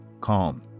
calm